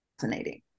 fascinating